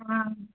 आं